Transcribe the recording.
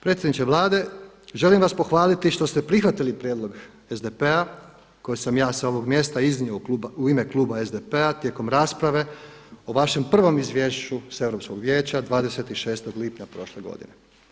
Predsjedniče Vlade, želim vas pohvaliti što ste prihvatili prijedlog SDP-a koje sam ja sa ovog mjesta iznio u ime kluba SDP-a tijekom rasprave o vašem prvom izvješću s Europskog vijeća 26. lipnja prošle godine.